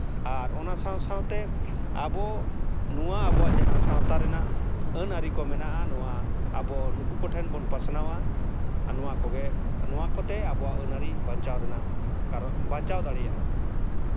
ᱟᱨ ᱚᱱᱟ ᱥᱟᱶᱼᱥᱟᱶᱛᱮ ᱟᱵᱚ ᱱᱚᱣᱟ ᱟᱵᱚ ᱡᱟᱦᱟᱸ ᱟᱵᱚᱣᱟᱜ ᱥᱟᱶᱛᱟ ᱨᱮᱱᱟᱜ ᱟᱹᱱᱼᱟᱹᱨᱤ ᱠᱚ ᱢᱮᱱᱟᱜᱼᱟ ᱱᱚᱣᱟ ᱟᱵᱚ ᱱᱩᱠᱩ ᱠᱚᱴᱷᱮᱱ ᱵᱚᱱ ᱯᱟᱥᱱᱟᱣᱟ ᱟᱨ ᱱᱚᱣᱟ ᱠᱚᱜᱮ ᱱᱚᱣᱟ ᱠᱚᱛᱮ ᱟᱵᱚᱣᱟᱜ ᱟᱹᱱᱼᱟᱹᱨᱤ ᱵᱟᱧᱪᱟᱣ ᱨᱮᱱᱟᱜ ᱠᱟᱨᱚᱱ ᱵᱟᱧᱪᱟᱣ ᱫᱟᱲᱮᱭᱟᱜᱼᱟ